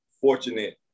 fortunate